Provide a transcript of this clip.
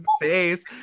face